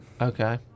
Okay